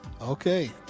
Okay